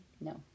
No